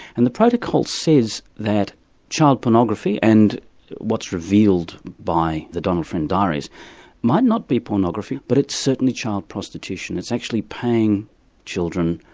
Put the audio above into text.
and the protocol says that child pornography. and what's revealed by the donald friend diaries might not be pornography, but it's certainly child prostitution, it's actually paying children,